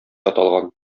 аталган